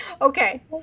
okay